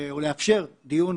או לאפשר דיבור